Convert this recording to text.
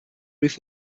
roof